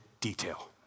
detail